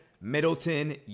Middleton